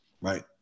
right